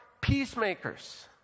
peacemakers